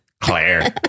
Claire